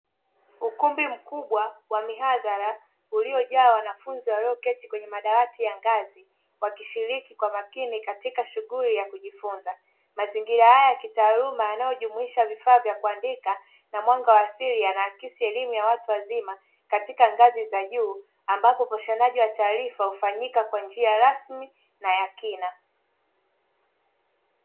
Ukumbi mkubwa wa mihadhara uliojaa wanafunzi walioketi kwenye madawati ya ngazi wakishiriki kwa makini katika shughuli ya kujifunza, mazingira haya ya kitaaluma yanayojumuisha vifaa vya kuandika na mwanga wa asili, yanaakisi elimu ya watu wazima katika ngazi za juu ambapo upashanaji wa taarifa hufanyika kwa njia rasmi na ya kina.